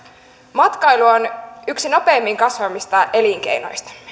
matkailu on yksi nopeimmin kasvavista elinkeinoistamme